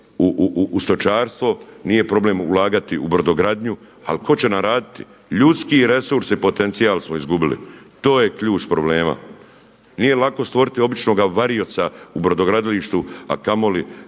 u stočarstvo, nije problem ulagati u brodogradnju, ali tko će nam raditi? Ljudski resurs i potencijal smo izgubili, to je ključ problema. Nije lako stvoriti običnoga varioca u brodogradilištu a kamoli